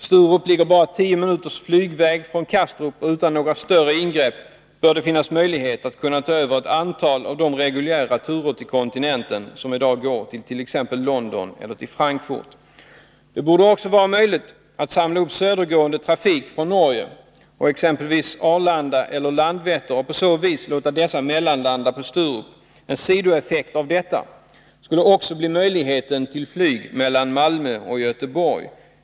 Sturup ligger bara 10 minuters flygväg från Kastrup, och utan några större ingrepp bör man kunna ta över ett antal av de dagliga reguljära turerna till kontinenten, exempelvis till London eller Frankfurt. Det borde också vara möjligt att samla upp södergående trafik från Norge och t.ex. Arlanda eller Landvetter, och låta planen mellanlanda på Sturup. En sidoeffekt av detta skulle också bli möjligheten till flyg mellan Malmö och Göteborg.